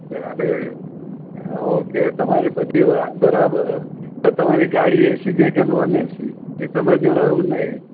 સાહેબ એ ઓકે તમારી બધી વાત બરાબર પણ તમારી ગાડી એસી છે કે નોન એસી એ તમે જણાવ્યું નહીં